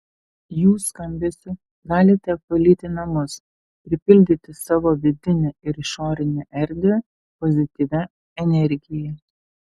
jų skambesiu galite apvalyti namus pripildyti savo vidinę ir išorinę erdvę pozityvia energija